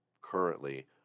currently